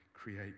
create